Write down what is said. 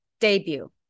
debut